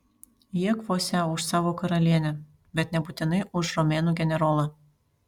jie kovosią už savo karalienę bet nebūtinai už romėnų generolą